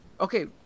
Okay